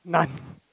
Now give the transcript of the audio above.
none